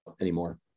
anymore